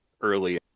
early